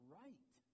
right